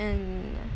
and